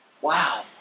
Wow